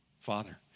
Father